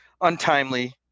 untimely